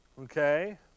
Okay